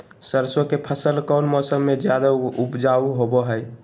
सरसों के फसल कौन मौसम में ज्यादा उपजाऊ होबो हय?